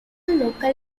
local